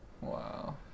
wow